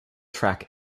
track